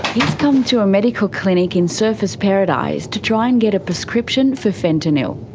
he's come to a medical clinic in surfers paradise to try and get a prescription for fentanyl.